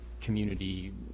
community